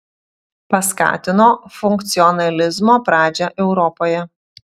paskatino funkcionalizmo pradžią europoje